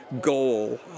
goal